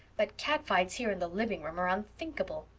but cat-fights here in the livingroom are unthinkable.